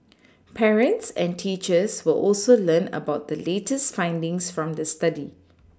parents and teachers will also learn about the latest findings from the study